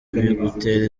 bigutera